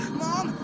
mom